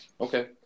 Okay